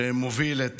שמוביל את